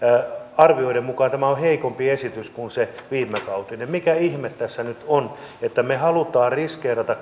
arvioiden mukaan tämä on heikompi esitys kuin se viimekautinen mikä ihme tässä nyt on että me haluamme riskeerata